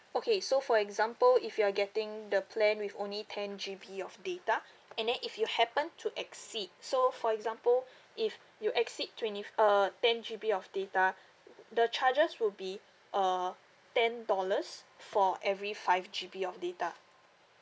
okay so for example if you are getting the plan with only ten G_B of data and then if you happen to exceed so for example if you exceed twenty f~ uh ten G_B of data the charges will be uh ten dollars for every five G_B of data